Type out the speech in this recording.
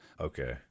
Okay